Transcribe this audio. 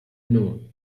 noon